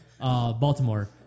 Baltimore